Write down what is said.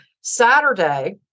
Saturday